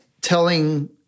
telling